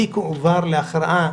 התיק הועבר להכרעה.